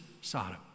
Sodom